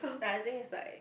I think it's like